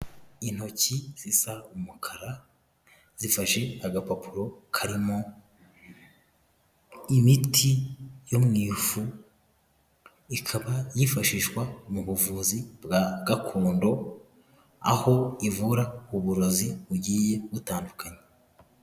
Intoki zisa umukara, zifashe agapapuro karimo imiti yo mu ifu, ikaba yifashishwa mu buvuzi bwa gakondo, aho ivura uburozi bugiye butandukana.